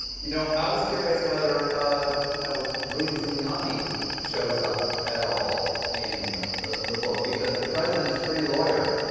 you know i was curioous whether um you know rudy giuliani shows up at all in the book because the president's free lawyer,